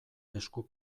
esku